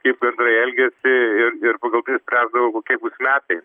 kaip gandrai elgiasi ir ir pagal tai spręsdavo kokie bus metai